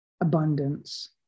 abundance